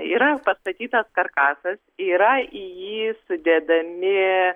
yra pastatytas karkasas yra į jį sudedami